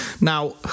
Now